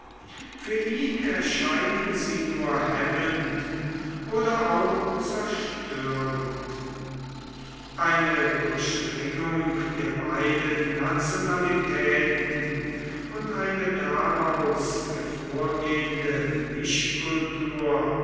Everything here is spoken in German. für ihn erscheinen sie nur hemmend oder auch zerstörend eine durchdringung der beiden nationalitäten und eine daraus hervorgehende